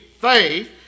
faith